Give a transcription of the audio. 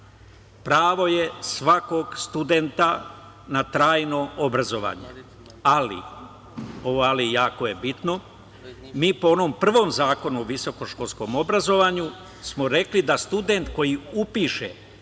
Pravo je svakog studenta na trajno obrazovanje. Ali, ovo „ali“ je jako bitno, mi po onom prvom Zakonu o visokoškolskom obrazovanju smo rekli da student koji upiše